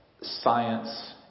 science